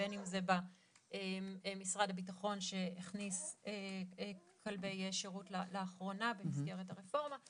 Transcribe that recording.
בין אם זה במשרד הביטחון שהכניס כלבי שירות לאחרונה במסגרת הרפורמה.